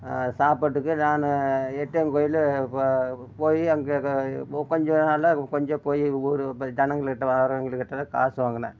சாப்பாட்டுக்கு நான் எட்டையன் கோவிலு இப்போ போய் அங்கே கொஞ்சம் நல்லா கொஞ்சம் போய் ஊர் இப்போ ஜனங்களுக்கிட்டே வாரவங்களுக்கிட்டலாம் காசு வாங்கினேன்